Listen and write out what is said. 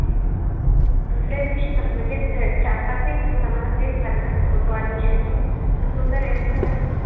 दुसऱ्या दिवशी पण म्हणजे ते चार पाचही दिवस आम्हाला तेच लागणार फोटो आणि शुटिंग पण तुमचा रेट सांगा ना